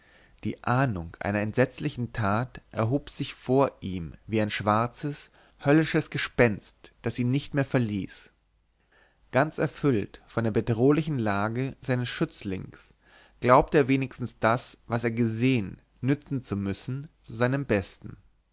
die ahnung einer entsetzlichen tat erhob sich vor ihm wie ein schwarzes höllisches gespenst das ihn nicht mehr verließ ganz erfüllt von der bedrohlichen lage seines schützlings glaubte er wenigstens das was er gesehen nützen zu müssen zu seinem besten